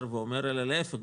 אלא להיפך,